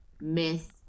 miss